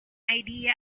idea